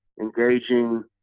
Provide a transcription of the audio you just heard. engaging